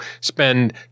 spend